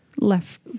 left